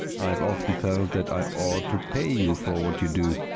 i've often felt that i ought to pay you for what you do